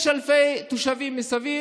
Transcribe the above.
יש אלפי תושבים מסביב,